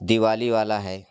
दिवाली वाला है